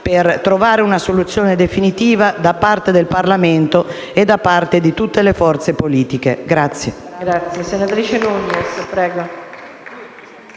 per trovare una soluzione definitiva da parte del Parlamento e di tutte le forze politiche.